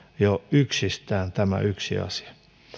jo yksistään tämä yksi asia